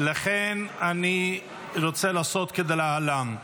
אני רוצה לעשות כדלהלן: